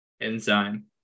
enzyme